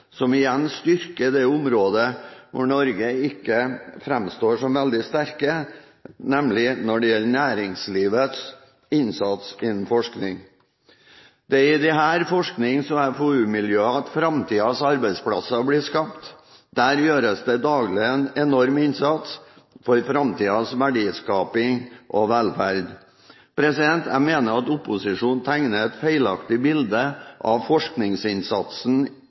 som igjen styrker det området hvor Norge ikke framstår som veldig sterk, nemlig når det gjelder næringslivets innsats innenfor forskning. Det er i disse forsknings- og FoU-miljøer framtidens arbeidsplasser blir skapt. Der gjøres det daglig en enorm innsats for framtidens verdiskaping og velferd. Jeg mener at opposisjonen i denne debatten tegner et feilaktig bilde av forskningsinnsatsen